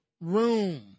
room